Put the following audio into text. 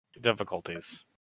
difficulties